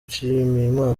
nshimiyimana